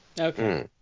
Okay